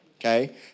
Okay